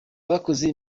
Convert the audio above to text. bakoze